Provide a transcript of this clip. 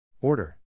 Order